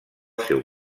seu